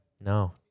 No